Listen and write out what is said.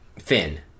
Finn